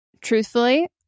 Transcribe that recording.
truthfully